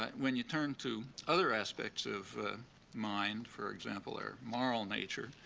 when you turn to other aspects of mind, for example, or moral nature,